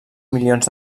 milions